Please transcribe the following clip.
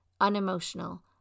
unemotional